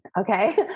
Okay